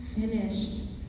finished